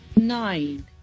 nine